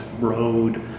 road